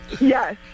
yes